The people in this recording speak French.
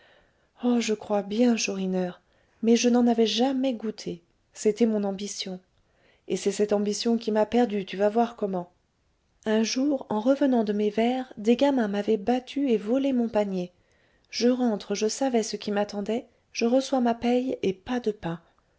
oh je crois bien chourineur mais je n'en avais jamais goûté c'était mon ambition et c'est cette ambition qui m'a perdue tu vas voir comment un jour en revenant de mes vers des gamins m'avaient battue et volé mon panier je rentre je savais ce qui m'attendait je reçois ma paye et pas de pain